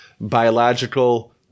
biological